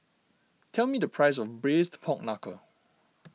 tell me the price of Braised Pork Knuckle